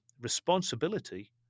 responsibility